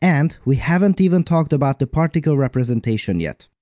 and we haven't even talked about the particle representation yet!